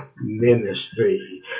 Ministry